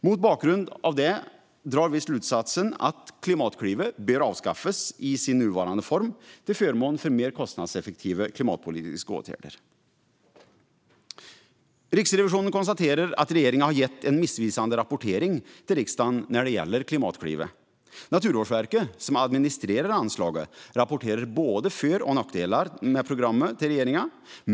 Mot bakgrund av detta drar vi slutsatsen att Klimatklivet bör avskaffas i sin nuvarande form, till förmån för mer kostnadseffektiva klimatpolitiska åtgärder. Riksrevisionen konstaterar att regeringen har gett en missvisande rapportering till riksdagen när det gäller Klimatklivet. Naturvårdsverket, som administrerar anslaget, rapporterar både för och nackdelar med programmet till regeringen.